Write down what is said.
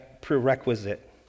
prerequisite